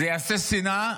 זה יעשה שנאה,